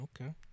okay